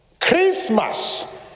Christmas